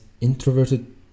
introverted